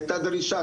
את הדרישה,